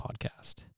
Podcast